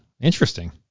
interesting